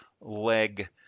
leg